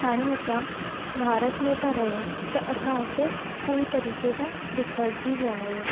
हाणे असां भारत में था रहियूं त असां उते पूरे तरीक़े सां बिखरजी विया आहियूं